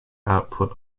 output